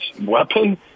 weapon